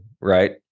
right